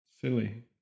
silly